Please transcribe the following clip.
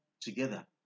together